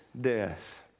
death